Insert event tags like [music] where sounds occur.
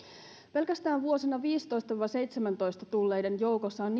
pelkästään vuosina viisitoista viiva seitsemäntoista tulleiden joukossa on [unintelligible]